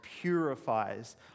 purifies